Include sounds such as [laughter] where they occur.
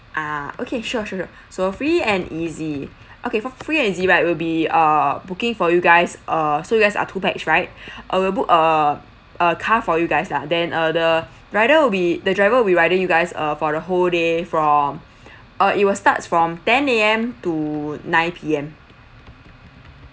ah okay sure sure sure so free and easy okay for free and easy right will be err booking for you guys err so you guys are two pax right [breath] I will book a a car for you guys lah then uh the rider will be the driver will riding you guys uh for the whole day from uh it will starts from ten A_M to nine P_M